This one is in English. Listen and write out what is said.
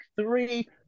three